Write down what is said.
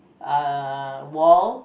uh wall